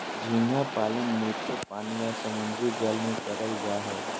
झींगा पालन मीठे पानी या समुंद्री जल में करल जा हय